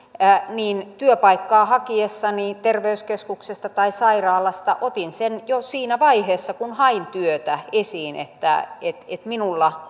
niin työpaikkaa hakiessani terveyskeskuksesta tai sairaalasta otin sen jo siinä vaiheessa kun hain työtä esiin että että minulla